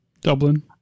Dublin